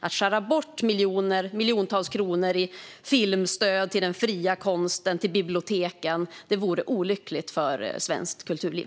Att skära bort miljontals kronor i filmstöd och i stöd till den fria konsten och till biblioteken vore olyckligt för svenskt kulturliv.